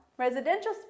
Residential